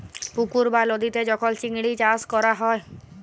পুকুর বা লদীতে যখল চিংড়ি চাষ ক্যরা হ্যয়